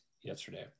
yesterday